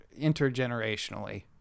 intergenerationally